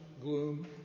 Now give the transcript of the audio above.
Gloom